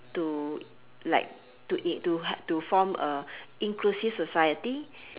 to like to in to to form a inclusive society